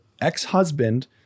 ex-husband